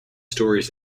stories